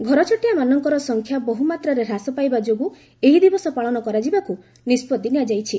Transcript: ଘରଚଟିଆମାନଙ୍କର ସଂଖ୍ୟା ବହୁମାତ୍ରାରେ ହ୍ରାସ ପାଇବା ଯୋଗୁଁ ଏହି ଦିବସ ପାଳନ କରାଯିବାକୁ ନିଷ୍କଭି ନିଆଯାଇଛି